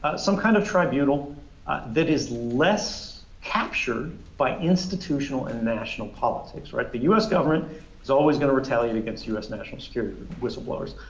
some kind of tribunal that is less captured by institutional and national politics, right? the us government is always going to retaliate against us national security whistleblowers.